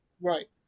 Right